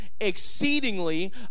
exceedingly